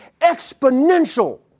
exponential